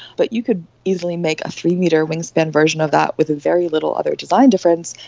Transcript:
but you could easily make a three-metre wingspan version of that with very little other design difference,